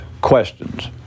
questions